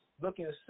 looking